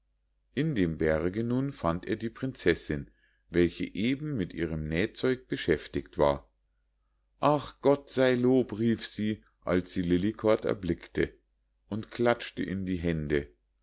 in dem berge nun fand er die prinzessinn welche eben mit ihrem nähzeug beschäftigt war ach gott sei lob rief sie als sie lillekort erblickte und klatschte in die hände